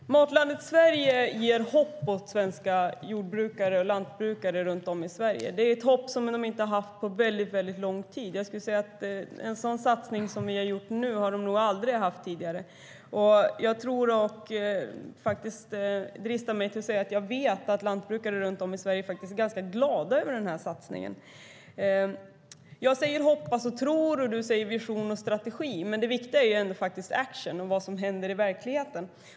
Fru talman! Matlandet Sverige ger hopp åt svenska lantbrukare runt om i Sverige. Det är ett hopp som de inte har haft på mycket lång tid. Jag skulle vilja säga att de nog aldrig tidigare har sett en sådan satsning som den vi har gjort nu. Jag dristar mig faktiskt till att säga att jag vet att lantbrukare runt om i Sverige är ganska glada över den här satsningen. Jag säger "hoppas och tror", och du säger "vision och strategi", Pyry Niemi, men det viktiga är ändå action och vad som händer i verkligheten.